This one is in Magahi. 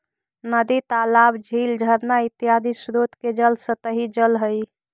नदी तालाब, झील झरना इत्यादि स्रोत के जल सतही जल हई